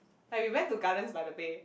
like we went to Gardens-by-the-Bay